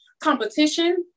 competition